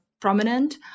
prominent